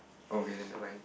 okay then never mind